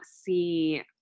see